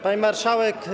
Pani Marszałek!